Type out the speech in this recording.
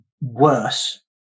worse